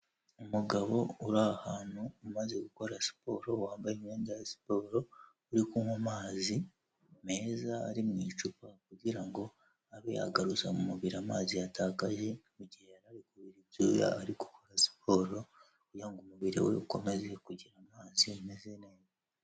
Umugabo uri ahantu umaze gukora siporo wambaye imyenda ya siporo, uri kunywa amazi meza ari mu icupa, kugira ngo abe yagaruza mu mubiri amazi yatakaye mu gihe yari ari kubira ibyuya, ari gukora siporo, kugira ngo umubiri we ukomeze kugira amazi ameze neza.